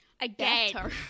again